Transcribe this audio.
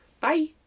Bye